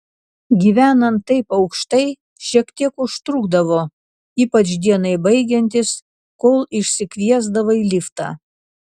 gyvenant taip aukštai šiek tiek užtrukdavo ypač dienai baigiantis kol išsikviesdavai liftą